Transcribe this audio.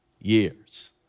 years